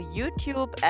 YouTube